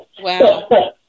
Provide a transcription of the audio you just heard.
Wow